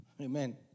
Amen